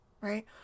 right